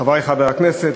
חברי חברי הכנסת,